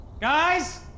Guys